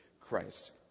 Christ